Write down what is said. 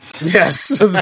Yes